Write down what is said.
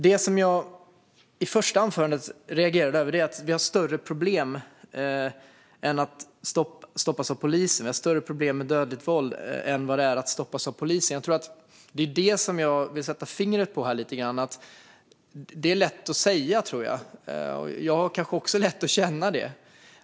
Det som jag reagerade över i det första anförandet var att vi har större problem än att man stoppas av polisen. Problemet med dödligt våld är större än problemet med att människor stoppas av polisen. Det är detta jag vill sätta fingret på. Det här är lätt att säga, och jag har kanske också lätt att känna det.